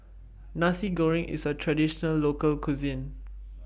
Nasi Goreng IS A Traditional Local Cuisine